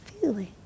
feeling